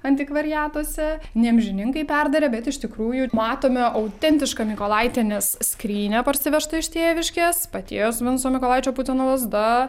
antikvariatuose ne amžininkai perdarė bet iš tikrųjų matome autentišką mykolaitienės skrynią parsivežtą iš tėviškės paties vinco mykolaičio putino lazda